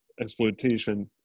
exploitation